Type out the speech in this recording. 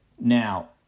Now